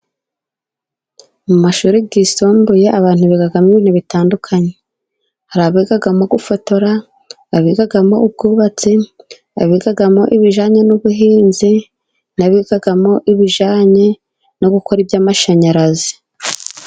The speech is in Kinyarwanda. Mu mashuri yisumbuye abantu bigamo ibintu bitandukanye. Hari abigamo gufotora, abigamo ubwubatsi, abigamo ibijanye n'ubuhinzi, abigamo ibijanye no gukora iby'amashanyarazi.